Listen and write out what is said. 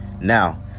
now